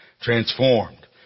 transformed